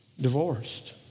divorced